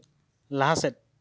ᱞᱟᱦᱟ ᱥᱮᱫ